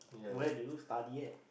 where do you study at